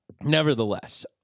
Nevertheless